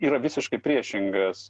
yra visiškai priešingas